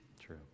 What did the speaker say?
true